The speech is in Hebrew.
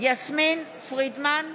יסמין פרידמן,